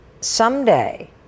someday